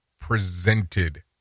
presented